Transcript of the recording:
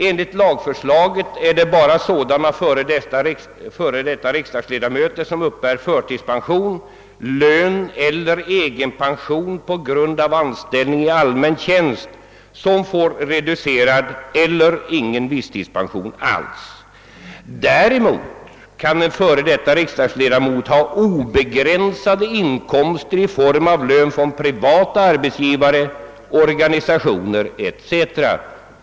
Enligt lagförslaget är det bara sådana före detta riksdagsledamöter som uppbär förtidspension, lön eller egenpension på grund av anställning i allmän tjänst, som får reducerad eller ingen visstidspension. Däremot kan en riksdagsledamot ha obegränsade inkomster i form av lön från privat arbetsgivare, organisationer etc.